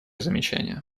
замечание